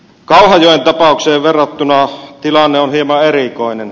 kauhajoen tapaukseen verrattuna tilanne on hieman erikoinen